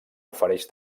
ofereix